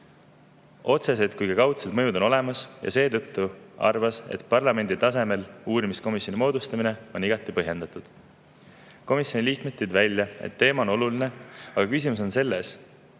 Otsesed ja kaudsed mõjud on olemas ja seetõttu on parlamendi tasemel uurimiskomisjoni moodustamine igati põhjendatud. Komisjoni liikmed tõid välja, et teema on oluline, aga küsimus on selles,